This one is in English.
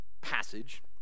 passage